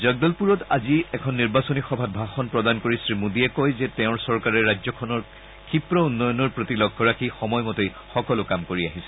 জগদলপুৰত আজি এখন নিৰ্বাচনী সভাত ভাষণ প্ৰদান কৰি শ্ৰীমোদীয়ে কয় যে তেওঁৰ চৰকাৰে ৰাজ্যখনৰ ক্ষীপ্ৰ উন্নয়ণৰ প্ৰতি লক্ষ্য ৰাখি সময়মতে সকলো কাম কৰি আহিছে